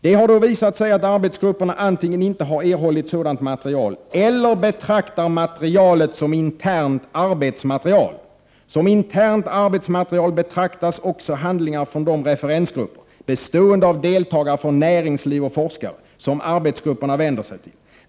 Det har då visat sig att arbetsgrupperna antingen inte har erhållit sådant material eller betraktar materialet som internt arbetsmaterial. Som internt arbetsmaterial betraktas också handlingar från de referensgrupper, bestående av deltagare från näringsliv och forskare, som arbetsgrupperna vänder sig till.